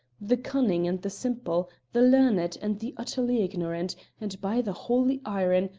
the cunning and the simple, the learned and the utterly ignorant, and by the holy iron!